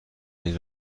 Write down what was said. این